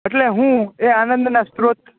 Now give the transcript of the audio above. એટલે હું એ આનંદના સ્ત્રોત